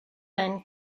men